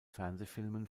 fernsehfilmen